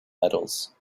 metals